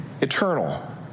eternal